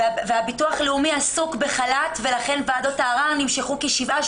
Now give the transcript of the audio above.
והביטוח הלאומי עסוק בחל"ת ולכן ועדות הערער נמשכו כשבעה,